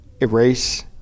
erase